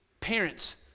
parents